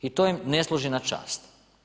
I to im ne služi na čast.